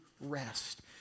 rest